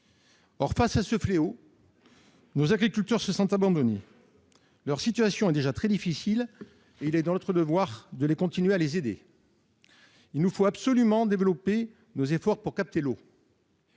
Or, face à ce fléau, nos agriculteurs se sentent abandonnés. Leur situation est déjà très difficile, et il est de notre devoir de continuer à les aider. Il nous faut absolument développer nos efforts pour capter l'eau.